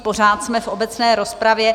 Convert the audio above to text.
Pořád jsme v obecné rozpravě.